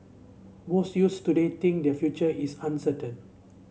most youths today think their future is uncertain